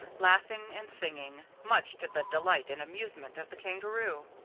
laughing and singing, much to the delight and amusement of the kangaroo.